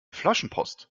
flaschenpost